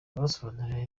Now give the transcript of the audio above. basobanurirwa